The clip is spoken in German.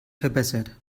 verbessert